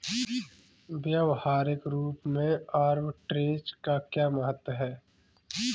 व्यवहारिक रूप में आर्बिट्रेज का क्या महत्व है?